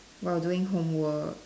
while doing homework